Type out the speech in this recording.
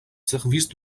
service